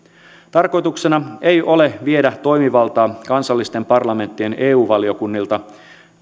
tarkoituksena ei ole viedä toimivaltaa kansallisten parlamenttien eu valiokunnilta